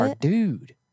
dude